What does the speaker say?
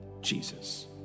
Jesus